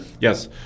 Yes